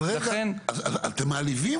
תקשיב אבל זה ידוע, אבל רגע, אתם מעליבים אותי,